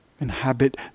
Inhabit